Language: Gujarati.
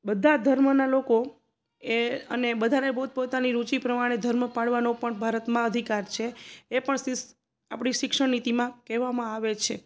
બધા ધર્મના લોકો એ અને બધાને પોત પોતાની રુચિ પ્રમાણે ધર્મ પાળવાનો પણ ભારતમાં અધિકાર છે એ પણ સિસ આપણી શિક્ષણનીતિમાં કહેવામાં આવે છે